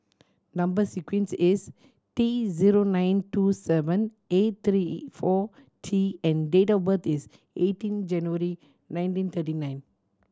number sequence is T zero nine two seven eight three four T and date of birth is eighteen January nineteen thirty nine